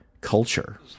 culture